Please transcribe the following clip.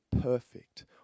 perfect